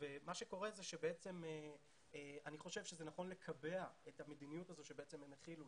אני חושב שזה נכון לקבע את המדיניות הזו שהם החילו,